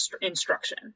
instruction